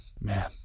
man